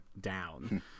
down